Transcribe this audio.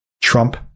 Trump